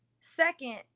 Second